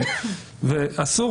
שהוא יכול